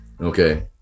Okay